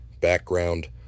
background